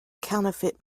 counterfeit